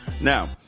Now